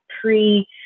pre